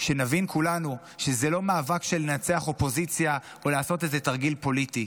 שנבין כולנו שזה לא מאבק של לנצח אופוזיציה או לעשות איזה תרגיל פוליטי.